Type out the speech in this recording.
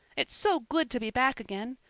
it's so good to be back again.